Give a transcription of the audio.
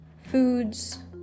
foods